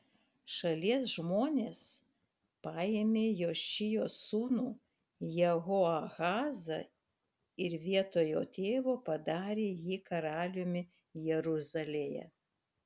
šalies žmonės paėmė jošijo sūnų jehoahazą ir vietoj jo tėvo padarė jį karaliumi jeruzalėje